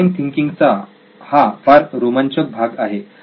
design thinking चा हा फार रोमांचक भाग आहे